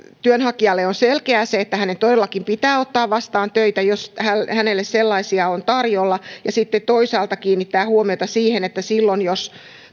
työnhakijalle pitää olla selkeää se että hänen todellakin pitää ottaa vastaan töitä jos hänelle sellaisia on tarjolla ja sitten toisaalta valiokunta kiinnittää huomiota siihen että silloin jos